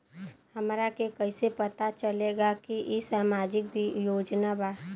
हमरा के कइसे पता चलेगा की इ सामाजिक योजना बा?